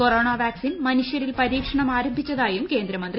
corona vaccine മനുഷ്യരിൽ പരീക്ഷണ്ട് ആരംഭിച്ചതായും കേന്ദ്രമന്ത്രി